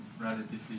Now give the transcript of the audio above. relatively